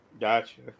Gotcha